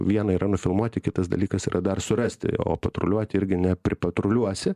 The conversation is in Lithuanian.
viena yra nufilmuoti kitas dalykas yra dar surasti o patruliuoti irgi ne pripatruliuosi